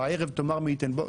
בערב תאמר מי ייתן בוקר.